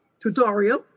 tutorial